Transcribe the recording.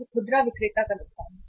यह खुदरा विक्रेता का नुकसान है